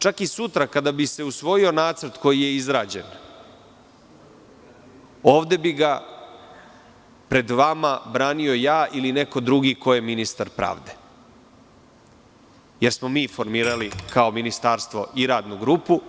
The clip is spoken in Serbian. Čak i sutra kada bi se usvojio nacrt koji je izrađen, ovde bih ga pred vama branio ja ili neko drugi ko je ministar pravde, jer smo mi formirali kao Ministarstvo i radnu grupu